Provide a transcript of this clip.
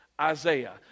Isaiah